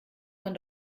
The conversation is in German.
man